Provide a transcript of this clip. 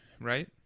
right